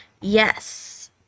Yes